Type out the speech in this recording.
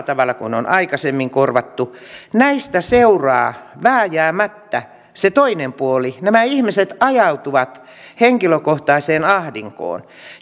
tavalla kuin on aikaisemmin korvattu näistä seuraa vääjäämättä se toinen puoli nämä ihmiset ajautuvat henkilökohtaiseen ahdinkoon